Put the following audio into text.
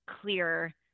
clear